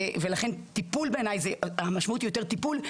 לכן המשמעות היא יותר טיפול,